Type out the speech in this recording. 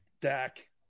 Dak